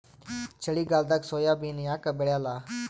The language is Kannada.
ಚಳಿಗಾಲದಾಗ ಸೋಯಾಬಿನ ಯಾಕ ಬೆಳ್ಯಾಲ?